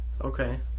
Okay